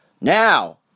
Now